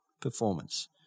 performance